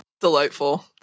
Delightful